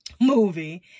movie